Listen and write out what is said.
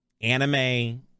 anime